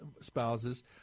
spouses